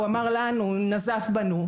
הוא אמר לנו, נזף בנו.